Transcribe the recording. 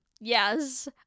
Yes